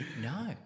No